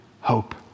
hope